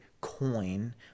coin